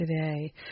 today